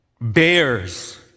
bears